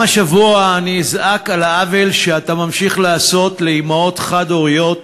גם השבוע אני אזעק על העוול שאתה ממשיך לעשות לאימהות חד-הוריות